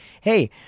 hey